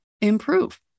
improve